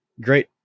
Great